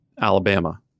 Alabama